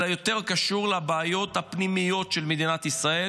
אלא זה יותר קשור לבעיות הפנימיות של מדינת ישראל,